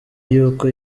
y’uko